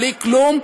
בלי כלום,